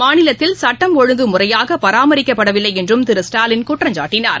மாநிலத்தில் சட்டம் ஒழுங்கு முறையாக பராமரிக்கப்படவில்லை என்றும் திரு ஸ்டாலின் குற்றம்சாட்டினார்